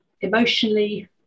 emotionally